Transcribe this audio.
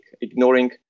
ignoring